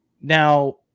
now